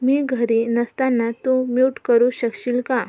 मी घरी नसताना तू म्युट करू शकशील का